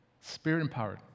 spirit-empowered